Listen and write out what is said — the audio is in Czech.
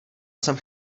jsem